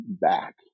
back